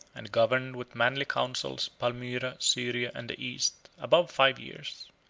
and governed with manly counsels palmyra, syria, and the east, above five years.